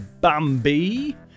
Bambi